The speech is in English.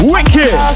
Wicked